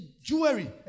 Jewelry